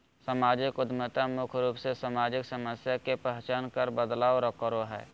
सामाजिक उद्यमिता मुख्य रूप से सामाजिक समस्या के पहचान कर बदलाव करो हय